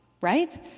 right